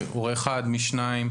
הורה אחד משניים.